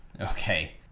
okay